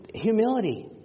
Humility